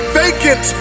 vacant